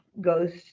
goes